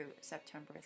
September